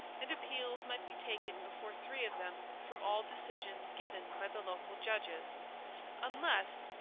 and appeals might be taken before three of them from all decisions given by the local judges unless,